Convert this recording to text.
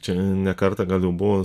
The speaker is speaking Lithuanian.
čia ne kartą gal jau buvo